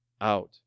out